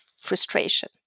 frustration